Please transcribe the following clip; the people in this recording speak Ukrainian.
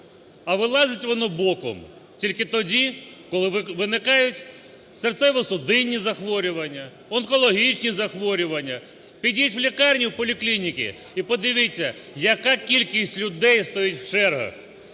А вилазить воно боком, тільки тоді, коли виникають серцево-судинні захворювання, онкологічні захворювання. Підіть в лікарню, в поліклініки і подивіться, яка кількість людей стоїть в чергах